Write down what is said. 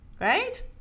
right